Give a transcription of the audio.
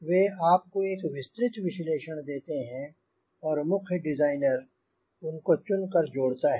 वे आपको एक विस्तृत विश्लेषण देते हैं और मुख्य डिज़ाइनर उनको चुन कर जोड़ता है